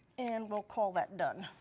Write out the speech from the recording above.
and we'll call that done.